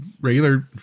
regular